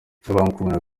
kwamuganga